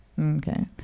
Okay